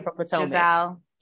Giselle